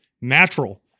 natural